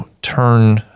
turn